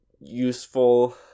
useful